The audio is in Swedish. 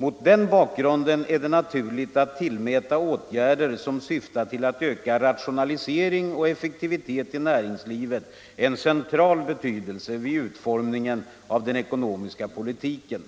Mot den bakgrunden är det naturligt att tillmäta åtgärder som syftar till att öka rationalisering och effektivitet i näringslivet en central betydelse vid utformningen av den ekonomiska politiken.